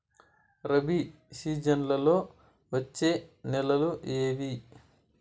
రబి సీజన్లలో వచ్చే నెలలు ఏవి?